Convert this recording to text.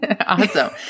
Awesome